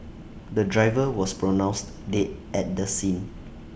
the driver was pronounced dead at the scene